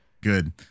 Good